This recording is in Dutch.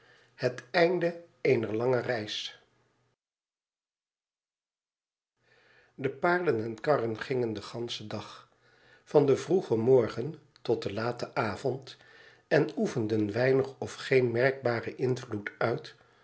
het eikde eener lange reis de paarden en karren gingen den ganschen dag van den vroegen mor gen tot den laten avond en oefenden weinig of geen merkbaren invloed uit